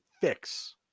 fix